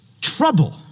trouble